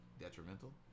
detrimental